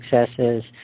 successes